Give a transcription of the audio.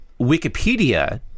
Wikipedia